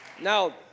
now